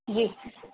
जी